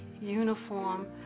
uniform